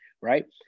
right